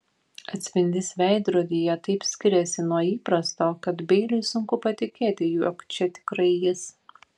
atspindys veidrodyje taip skiriasi nuo įprasto kad beiliui sunku patikėti jog čia tikrai jis